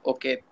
Okay